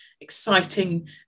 exciting